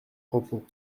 propos